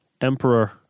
Emperor